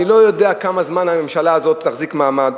אני לא יודע כמה זמן הממשלה הזאת תחזיק מעמד,